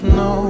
no